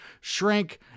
shrink